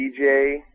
DJ